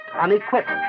unequipped